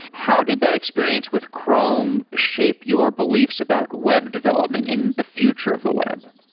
how did that experience with chrome shape your beliefs about web development and the future of the web?